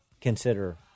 consider